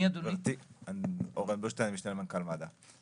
אני משנה למנכ"ל מד"א.